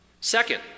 Second